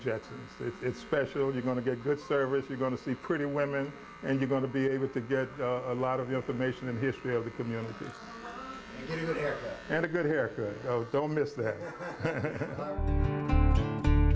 if it's special you're going to get good service you're going to see pretty women and you're going to be able to get a lot of information in history of the community and a good here don't miss that